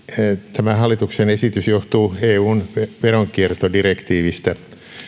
tämä hallituksen esitys johtuu eun veronkiertodirektiivistä